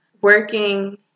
working